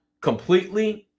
completely